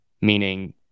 Meaning